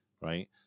right